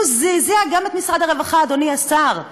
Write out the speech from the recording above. הוא זעזע גם את משרד הרווחה, אדוני השר.